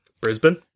Brisbane